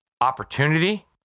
opportunity